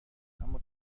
اما